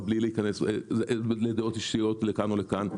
ואני לא נכנס לדעות אישיות לכאן או לכאן.